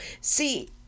See